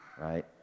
right